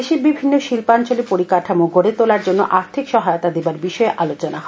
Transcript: দেশে বিভিন্ন শিল্পাঞ্চলে পরিকাঠামো গডে তোলার জন্য আর্থিক সহায়তা দেবার বিষয়ে আলোচনা হয়